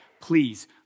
please